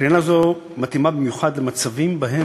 קרינה זו מתאימה במיוחד למצבים שבהם